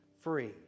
free